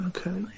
Okay